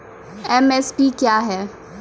MSP क्या है?